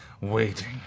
Waiting